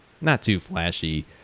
not-too-flashy